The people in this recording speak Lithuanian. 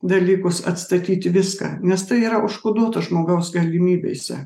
dalykus atstatyti viską nes tai yra užkoduota žmogaus galimybėse